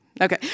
Okay